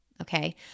okay